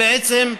בעצם,